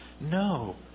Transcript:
No